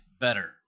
better